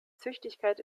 züchtigkeit